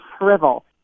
shrivel